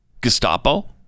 Gestapo